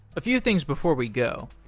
a few things before we go.